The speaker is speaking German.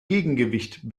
gegengewicht